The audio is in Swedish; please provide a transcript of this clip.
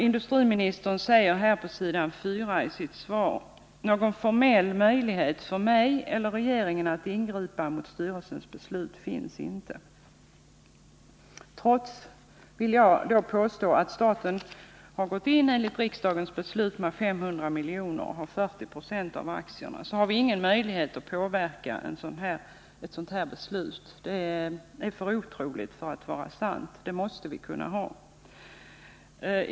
Industriministern säger i sitt svar: ”Någon formell möjlighet för mig eller regeringen att ingripa mot styrelsens beslut finns inte.” Trots att staten enligt riksdagens beslut har gått in med 500 milj.kr. och har 40 26 av aktierna har vi ingen möjlighet att påverka ett sådant här beslut. Det är för otroligt för att vara sant. Vi måste kunna ha den möjligheten.